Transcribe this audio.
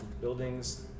buildings